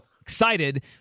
excited